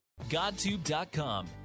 GodTube.com